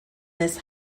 this